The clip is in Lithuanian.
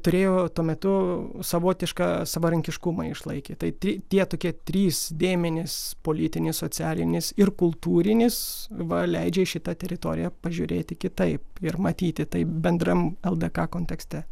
turėjo tuo metu savotišką savarankiškumą išlaikė tai tie tokie trys dėmenys politinis socialinis ir kultūrinis va leidžia į šitą teritoriją pažiūrėti kitaip ir matyti taip bendram ldk kontekste